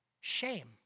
shame